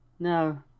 No